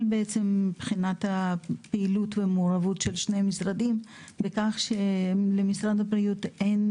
מבחינת הפעילות והמעורבות של שני המשרדים הוא בכך שלמשרד הבריאות אין